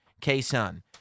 K-Sun